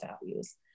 values